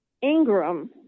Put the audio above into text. Ingram